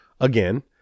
again